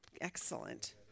excellent